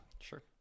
Sure